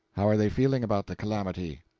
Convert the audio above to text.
how are they feeling about the calamity?